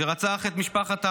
שרצח את משפחת הרן,